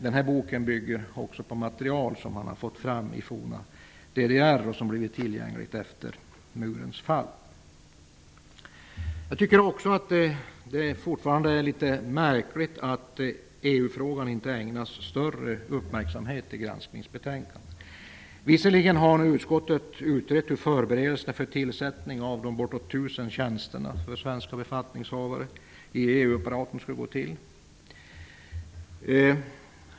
Denna bok bygger på material som man har fått fram i forna DDR och som blivit tillgängligt efter murens fall. Det är litet märkligt att EU-frågan inte ägnas större uppmärksamhet i granskningsbetänkandet. Visserligen har utskottet utrett hur förberedelsen för tillsättningen av de bortåt tusen tjänstemän och svenska befattningshavare i EU-apparaten skall gå till.